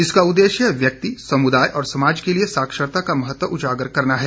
इसका उदेश्य व्यक्ति समुदाय और समाज के लिए साक्षरता का महत्व उजागर करना है